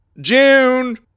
June